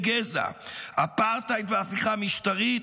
הגזע והדמעות,